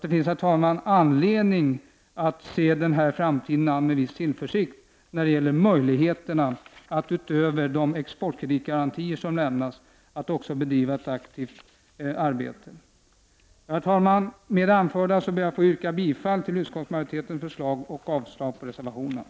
Det finns alltså, herr talman, anledning att se framtiden an med viss tillförsikt när det gäller möjligheterna att utöver de exportkreditgarantier som lämnas också bedriva ett aktivt arbete. Med det anförda ber jag att få yrka bifall till utskottsmajoritetens hemställan och avslag på reservationerna.